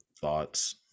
thoughts